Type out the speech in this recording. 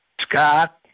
Scott